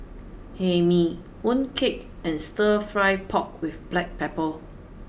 Hae Mee mooncake and stir fry pork with black pepper